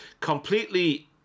Completely